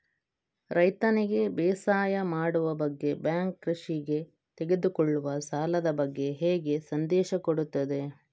ರೈತನಿಗೆ ಬೇಸಾಯ ಮಾಡುವ ಬಗ್ಗೆ ಬ್ಯಾಂಕ್ ಕೃಷಿಗೆ ತೆಗೆದುಕೊಳ್ಳುವ ಸಾಲದ ಬಗ್ಗೆ ಹೇಗೆ ಸಂದೇಶ ಕೊಡುತ್ತದೆ?